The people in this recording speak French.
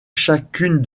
chacune